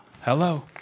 Hello